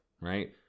right